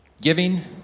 Giving